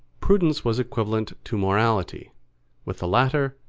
prudence was equivalent to morality with the latter,